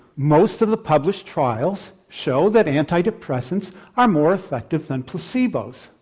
most of the published trials show that antidepressants are more effective than placebos.